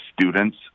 students